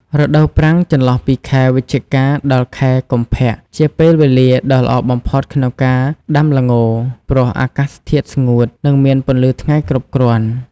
រដូវប្រាំង ចន្លោះពីខែវិច្ឆិកា ដល់ខែកុម្ភៈ ជាពេលវេលាដ៏ល្អបំផុតក្នុងការដាំល្ង ព្រោះអាកាសធាតុស្ងួត និងមានពន្លឺថ្ងៃគ្រប់គ្រាន់។